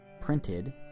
printed